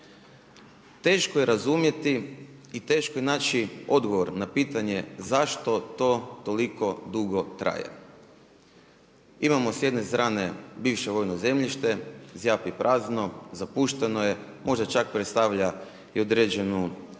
Teško je razumjeti i teško je naći odgovor na pitanje zašto to toliko dugo traje. Imamo s jedne strane bivše vojno zemljište zjapi prazno, zapušteno je, možda čak predstavlja i određenu